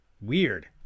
Weird